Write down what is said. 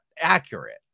accurate